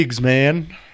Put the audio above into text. man